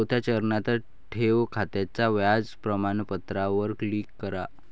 चौथ्या चरणात, ठेव खात्याच्या व्याज प्रमाणपत्रावर क्लिक करा